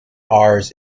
ours